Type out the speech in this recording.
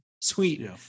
sweet